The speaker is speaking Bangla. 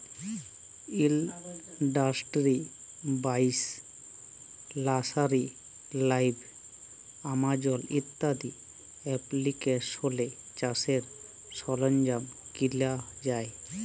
ইলডাস্টিরি বাইশ, লার্সারি লাইভ, আমাজল ইত্যাদি এপ্লিকেশলে চাষের সরল্জাম কিলা যায়